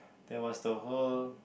there was the whole